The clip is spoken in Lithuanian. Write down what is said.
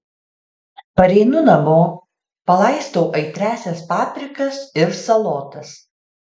pareinu namo palaistau aitriąsias paprikas ir salotas